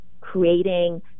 creating